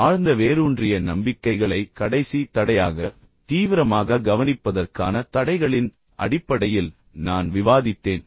ஆழ்ந்த வேரூன்றிய நம்பிக்கைகள் தான் கடைசி ஆனால் குறைந்தபட்ச தடையாக தீவிரமாக கவனிப்பதற்கான தடைகளின் அடிப்படையில் நான் விவாதித்தேன்